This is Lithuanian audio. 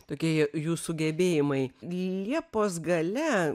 tokie jų sugebėjimai liepos gale